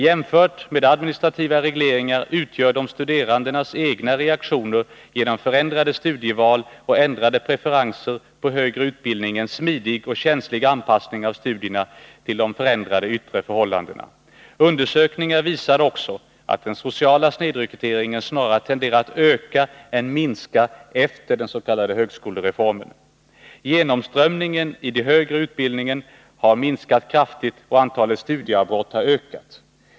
Jämfört med administrativa regleringar utgör de studerandes egna reaktioner genom förändrade studieval och ändrade preferenser i fråga om högre utbildning en smidig och känslig anpassning av studierna till de förändrade yttre förhållandena. Undersökningar visar också att den sociala snedrekryteringen tenderar att snarare öka än minska efter den s.k. högskolereformen. Genomströmningen i den högre utbildningen har minskat kraftigt, och antalet studieavbrott har ökat.